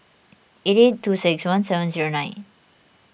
eighty two six one seven zero nine